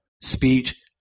speech